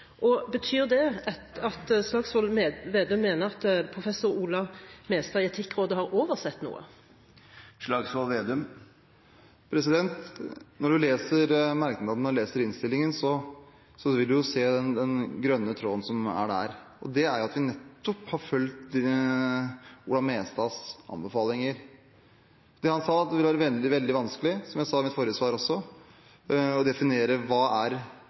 Betyr det at Slagsvold Vedum mener at professor Ola Mestad i Etikkrådet har oversett noe? Når man leser merknadene og innstillingen, vil man se den grønne tråden som er der – det er at vi nettopp har fulgt Ola Mestads anbefalinger. Det han sa, var at det vil være veldig vanskelig – som jeg også sa i mitt forrige svar – å definere vektingen av selskaper hva